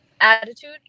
attitude